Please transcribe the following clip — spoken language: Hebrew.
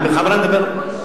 אני בכוונה מדבר,